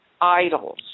Idols